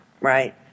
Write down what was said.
right